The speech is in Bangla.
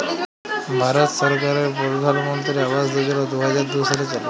ভারত সরকারের পরধালমলত্রি আবাস যজলা দু হাজার দু সালে চালু